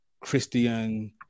Christian